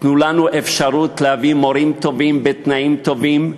תנו לנו אפשרות להביא מורים טובים בתנאים טובים,